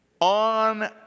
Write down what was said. on